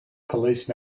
police